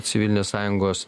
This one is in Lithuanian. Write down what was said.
civilinės sąjungos